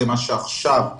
זאת מערכת הרישום